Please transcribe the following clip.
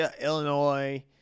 Illinois